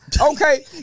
Okay